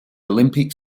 olympic